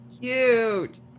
Cute